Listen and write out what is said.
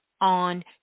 on